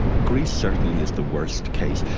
greece certainly is the worst case.